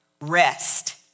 Rest